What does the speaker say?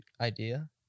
idea